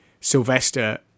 Sylvester